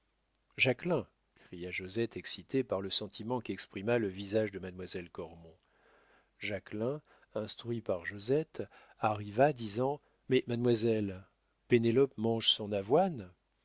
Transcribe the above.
cria josette excitée par le sentiment qu'exprima le visage de mademoiselle cormon jacquelin instruit par josette arriva disant mais mademoiselle pénélope mange son avoine